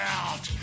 out